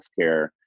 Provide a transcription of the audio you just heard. healthcare